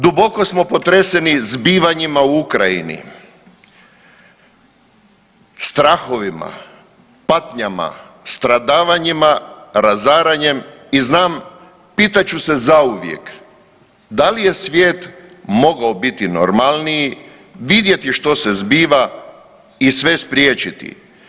Duboko smo potreseni zbivanjima u Ukrajini, strahovima, patnjama, stradavanjima, razaranjem i znam pitat ću se zauvijek da li je svijet mogao biti normalniji, vidjeti što se zbiva i sve spriječiti.